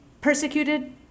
persecuted